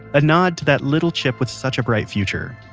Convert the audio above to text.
a nod to that little chip with such a bright future.